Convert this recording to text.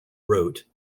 wrote